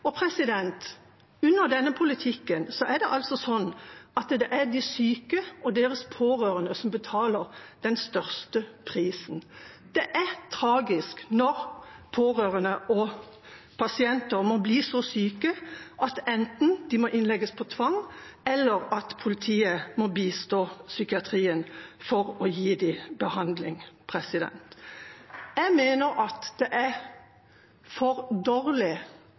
Under denne politikken er det de syke og deres pårørende som betaler den høyeste prisen. Det er tragisk når pårørende og pasienter må bli så syke at de enten må innlegges på tvang eller at politiet må bistå psykiatrien for å gi dem behandling. Jeg mener at det er for dårlig